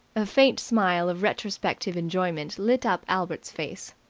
a faint smile of retrospective enjoyment lit up albert's face.